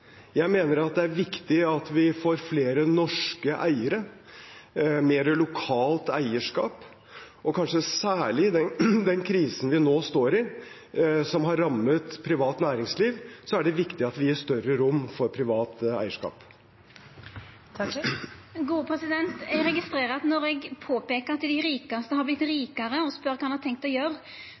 Jeg mener det er viktig at vi får flere norske eiere, mer lokalt eierskap. Og kanskje særlig i den krisen vi nå står i, som har rammet privat næringsliv, er det viktig at vi gir større rom for privat eierskap. Eg registrerer at når eg peikar på at dei rikaste har vorte rikare og spør kva ein har tenkt å